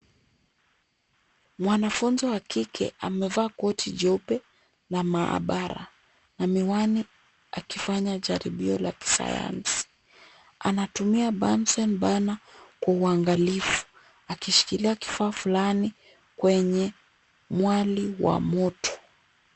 Mwanafunzi wa kike amevaa koti jeupe la maabara na miwani akifanya jaribio la kisayansi. Anatumia burnsen burner kwa uangalifu, akishikilia kifaa fulani kwenye mwali wa moto.